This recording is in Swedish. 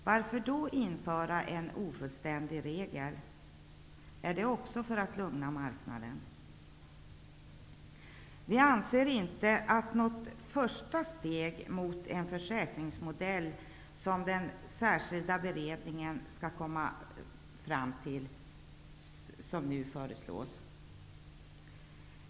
Varför då införa en ofullständig regel? Är det också för att lugna marknaden? Vi anser inte att något första steg har tagits mot den försäkringsmodell som den särskilda beredningen kan komma att föreslå.